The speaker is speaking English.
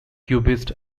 cubist